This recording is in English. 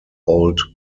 old